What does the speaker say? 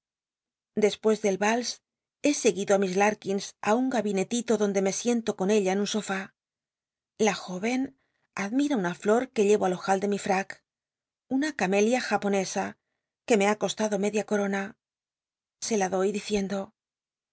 despues del als he seguido á nn gabinetito donde me siento a una flor r uc con ella en un sofá la joven admira una flor que llevo al ojal ele mi frac una camelia japonesa que me ba costado media corona se la doy diciendo